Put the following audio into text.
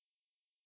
mm